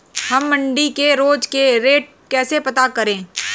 हम मंडी के रोज के रेट कैसे पता करें?